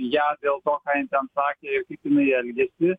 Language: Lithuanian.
ją dėl to ką ji ten sakė inai elgėsi